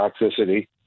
toxicity